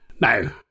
No